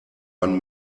man